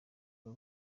two